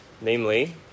namely